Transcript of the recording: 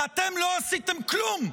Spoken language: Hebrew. ואתם לא עשיתם כלום.